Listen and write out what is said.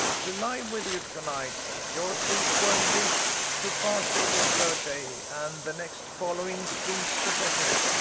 to lie with you to-night. your silkworm used to fast every third day, and the next following spins the better.